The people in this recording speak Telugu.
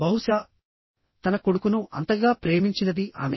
బహుశా తన కొడుకును అంతగా ప్రేమించినది ఆమె